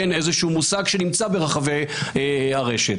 כן איזשהו מושג שנמצא ברחבי הרשת.